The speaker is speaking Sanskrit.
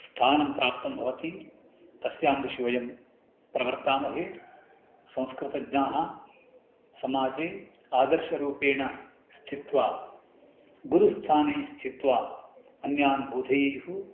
स्थानं प्राप्तं भवति तस्यां दिशि वयं प्रवर्तामहे संस्कृतज्ञाः समाजे आदर्शरूपेण स्थित्वा गुरुस्थाने स्थित्वा अन्यान् बोधयेयुः